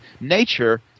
nature